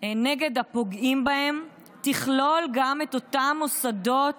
נגד הפוגעים בהם תכלול גם את אותם מוסדות